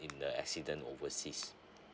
accident over seas